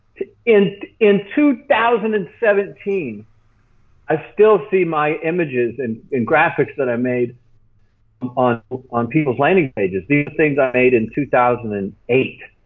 and in two thousand and seventeen i still see my images and and graphics that i made on on peoples landing pages. these are things i made in two thousand and eight.